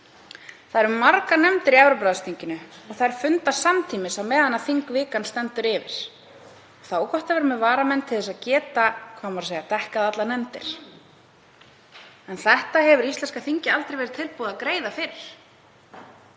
Það eru margar nefndir í Evrópuráðsþinginu og þær funda samtímis á meðan þingvikan stendur yfir. Þá er gott að vera með varamenn til að geta dekkað allar nefndir, en þetta hefur íslenska þingið aldrei verið tilbúið að greiða fyrir.